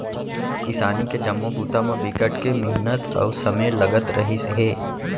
किसानी के जम्मो बूता म बिकट के मिहनत अउ समे लगत रहिस हे